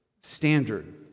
standard